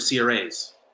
cras